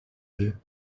will